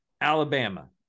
Alabama